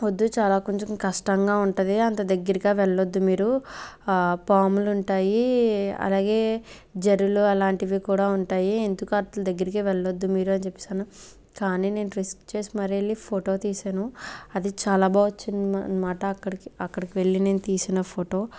వద్దు చాలా కొంచెం కష్టంగా ఉంటుంది అంత దగ్గరగా వెళ్ళొద్దు మీరు పాములుంటాయి అలాగే జెర్రిలు అలాంటివి కూడా ఉంటాయి ఎందుకు వాటి దగ్గరికి వెళ్ళదు మీరు అని చెప్పేసి అన్నారు కానీ నేను రిస్క్ చేసి మరి వెళ్ళి ఫోటో తీశాను అది చాలా బాగా వచ్చింది అ అన్నమాట అక్కడికి అక్కడికి వెళ్ళి నేను తీసిన ఫోటో